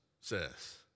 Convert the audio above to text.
says